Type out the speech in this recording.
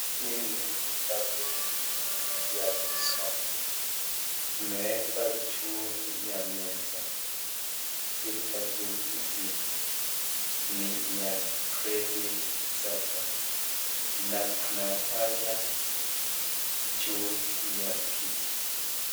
Hizi ni vitabu vya kusoma zimewekwa juu ya meza, vitabu hizi ni ya gredi saba na Kuna waya juu ya kiti.